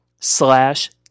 slash